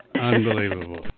Unbelievable